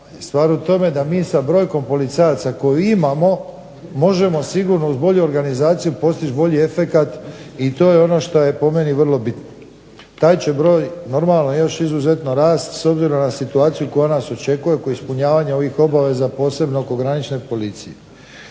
stvar u tome da mi sa brojkom policajaca koju imamo možemo sigurno uz bolju organizaciju postići bolji efekt i to je ono što je po meni vrlo bitno. Taj će broj normalno još izuzetno rast s obzirom na situaciju koja nas očekuje oko ispunjavanja ovih obaveza, posebno oko granične policije.